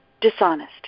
dishonest